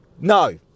no